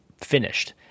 finished